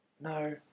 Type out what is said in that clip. No